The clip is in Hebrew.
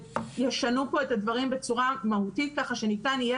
וישנו כאן את הדברים בצורה מהותית כך שניתן יהיה